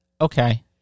Okay